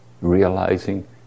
realizing